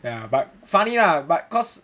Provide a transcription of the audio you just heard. ya but funny lah but cause